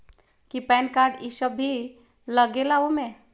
कि PAN card इ सब भी लगेगा वो में?